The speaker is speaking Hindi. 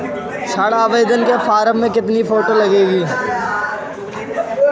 ऋण आवेदन के फॉर्म में कितनी फोटो लगेंगी?